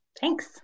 Thanks